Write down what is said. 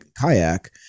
kayak